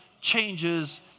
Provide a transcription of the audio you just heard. changes